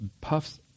puffs